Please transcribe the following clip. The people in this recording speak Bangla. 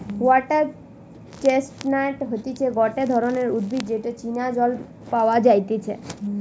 ওয়াটার চেস্টনাট হতিছে গটে ধরণের উদ্ভিদ যেটা চীনা জল পাওয়া যাইতেছে